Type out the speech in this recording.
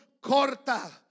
corta